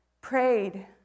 prayed